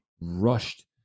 rushed